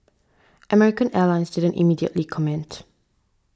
American Airlines didn't immediately comment